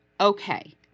Okay